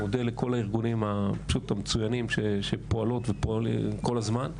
אני מודה לכל הארגונים המצוינים שפועלים כל הזמן.